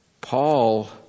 Paul